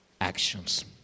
actions